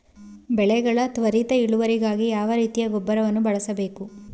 ಬೆಳೆಗಳ ತ್ವರಿತ ಇಳುವರಿಗಾಗಿ ಯಾವ ರೀತಿಯ ಗೊಬ್ಬರವನ್ನು ಬಳಸಬೇಕು?